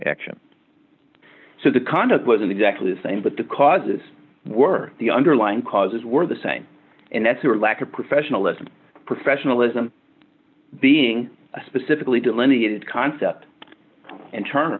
action so the conduct wasn't exactly the same but the causes were the underlying causes were the same and that's her lack of professionalism professionalism being a specifically delineated concept and term i